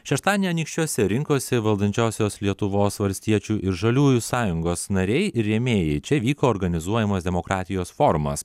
šeštadienį anykščiuose rinkosi valdančiosios lietuvos valstiečių ir žaliųjų sąjungos nariai ir rėmėjai čia vyko organizuojamos demokratijos forumas